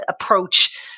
approach